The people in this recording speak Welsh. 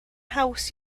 haws